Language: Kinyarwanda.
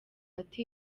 ati